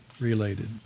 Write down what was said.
related